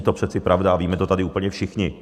To přece není pravda a víme to tady úplně všichni.